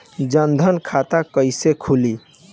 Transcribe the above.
जनधन खाता कइसे खुली?